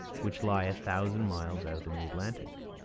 which lie a thousand miles out in the atlantic.